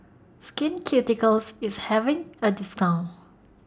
Skin Ceuticals IS having A discount